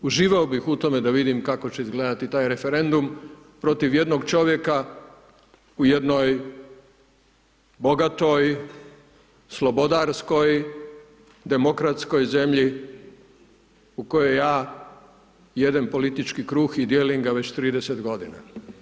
Uživao bih u tome da vidim kako će izgledati taj referendum protiv jednog čovjeka u jednoj bogatoj, slobodarskoj, demokratskoj zemlji u kojoj ja jedem politički kruh i dijelim ga već 30 godina.